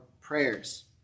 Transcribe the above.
prayers